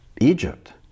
Egypt